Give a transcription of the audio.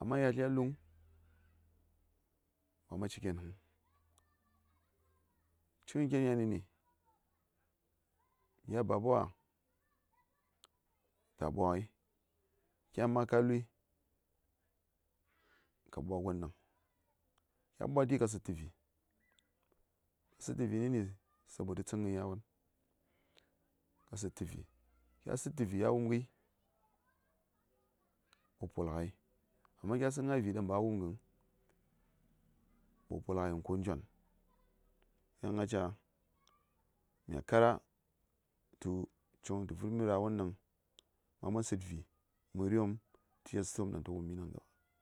amma yatl ya luŋ baka ci kenəŋ cighən kenes yan nə ni gya babawa ta ɓwaghəi kyan ma ka luyi ka ɓwa gon daŋ kya ɓwai ka sədtə vi kya sədtə vi nə ni sabotu tsənghən yawon ka sədtə vi kya sədtə vi ya wumghəi wo polghə ghai amma kya səd gna vi daŋ ba a wumghən wo polghə ghaiŋ ko njwan yan a ca mya kara tu coŋ tə vərmi rawon ɗaŋ maman sədvi məriwom tə yestəwom ɗan ta wumi.